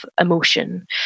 emotion